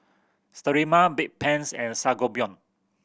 Sterimar Bedpans and Sangobion